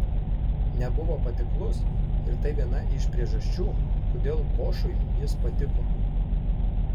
nebuvo patiklus ir tai viena iš priežasčių kodėl bošui jis patiko